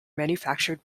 manufactured